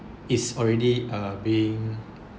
is already uh being